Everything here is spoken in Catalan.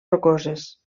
rocoses